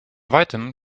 weitem